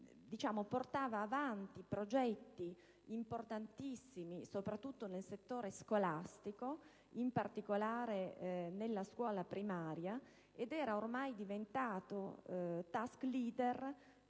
portava avanti progetti importantissimi, soprattutto nel settore scolastico (in particolare nella scuola primaria e secondaria), ed era diventato *task leader*